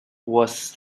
was